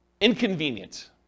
inconvenient